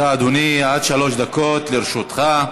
בבקשה, אדוני, עד שלוש דקות לרשותך.